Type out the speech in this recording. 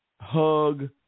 hug